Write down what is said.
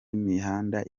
imihanda